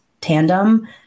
tandem